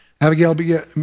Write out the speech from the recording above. Abigail